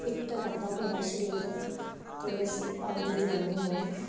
fit ਰਹਿੰਦਾ ਮੇਰਾ ਸਰੀਰ ਅਤੇ ਅਸੀਂ ਪੰਜ ਜੂਨ ਨੂੰ